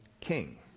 king